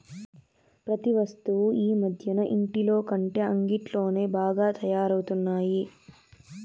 ప్రతి వస్తువు ఈ మధ్యన ఇంటిలోకంటే అంగిట్లోనే బాగా తయారవుతున్నాయి